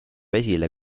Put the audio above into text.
esile